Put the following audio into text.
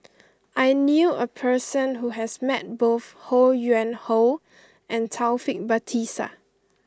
I knew a person who has met both Ho Yuen Hoe and Taufik Batisah